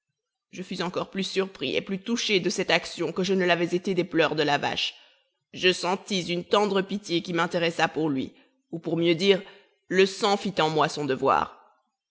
je fus encore plus surpris et plus touché de cette action que je ne l'avais été des pleurs de la vache je sentis une tendre pitié qui m'intéressa pour lui ou pour mieux dire le sang fit en moi son devoir